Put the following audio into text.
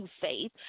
faith